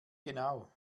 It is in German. genau